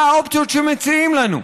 מה האופציות שמציעים לנו?